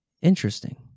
interesting